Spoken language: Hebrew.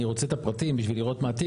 אני רוצה את הפרטים בשביל לראות מה התיק.